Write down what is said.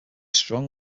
strong